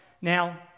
Now